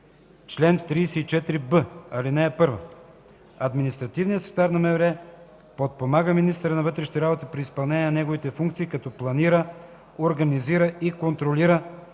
Чл. 34б. (1) Административният секретар на МВР подпомага министъра на вътрешните работи при изпълнение на неговите функции като планира, организира и контролира: 1.